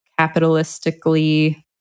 capitalistically